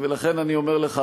ולכן אני אומר לך,